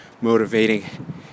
motivating